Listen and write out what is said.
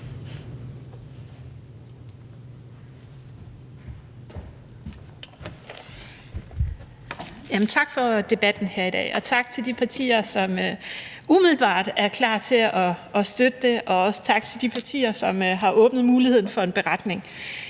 Tak for debatten her i dag, og tak til de partier, som umiddelbart er klar til at støtte det, og også tak til de partier, som har åbnet for muligheden for en beretning.